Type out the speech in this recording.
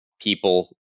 people